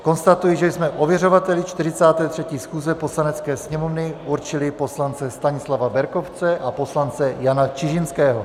Konstatuji, že jsme ověřovateli 43. schůze Poslanecké sněmovny určili poslance Stanislava Berkovce a poslance Jana Čižinského.